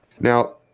Now